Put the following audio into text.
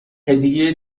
هدیه